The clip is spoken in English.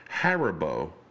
Haribo